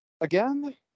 again